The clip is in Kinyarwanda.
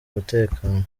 umutekano